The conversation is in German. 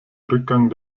rückgang